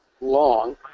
long